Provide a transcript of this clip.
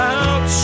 out